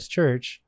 Church